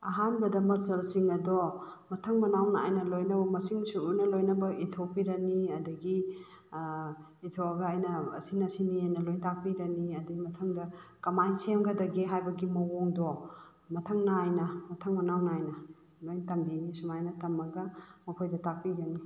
ꯑꯍꯥꯟꯕꯗ ꯃꯥꯆꯜꯁꯤꯡ ꯑꯗꯣ ꯃꯊꯪ ꯃꯅꯥꯎ ꯅꯥꯏꯅ ꯂꯣꯏꯅꯃꯛ ꯃꯁꯤꯡ ꯁꯨꯅ ꯂꯣꯏꯅꯃꯛ ꯏꯊꯣꯛꯄꯤꯔꯅꯤ ꯑꯗꯒꯤ ꯏꯊꯣꯛꯑꯒ ꯑꯩꯅ ꯑꯁꯤꯅ ꯁꯤꯅꯤ ꯍꯥꯏꯅ ꯂꯣꯏꯅ ꯇꯥꯛꯄꯤꯔꯅꯤ ꯑꯗꯩ ꯃꯊꯪꯗ ꯀꯃꯥꯏꯅ ꯁꯦꯝꯒꯗꯒꯦ ꯍꯥꯏꯕꯒꯤ ꯃꯑꯣꯡꯗꯣ ꯃꯊꯪ ꯅꯥꯏꯅ ꯃꯊꯪ ꯃꯅꯥꯎ ꯅꯥꯏꯅ ꯁꯨꯃꯥꯏꯅ ꯇꯝꯕꯤꯅꯤ ꯁꯨꯃꯥꯏꯅ ꯇꯝꯃꯒ ꯃꯈꯣꯏꯗ ꯇꯥꯛꯄꯤꯒꯅꯤ